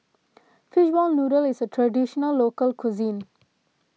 Fishball Noodle is a Traditional Local Cuisine